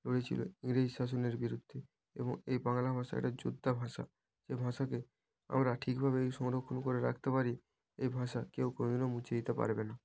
লড়েছিলো ইংরেজ শাসনের বিরুদ্ধে এবং এই বাংলা ভাষা একটা যোদ্ধা ভাষা এ ভাষাকে আমরা ঠিকভাবে যদি সংরক্ষণ করে রাখতে পারি এই ভাষা কেউ কোনো দিনও মুছে দিতে পারবে না